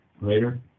Later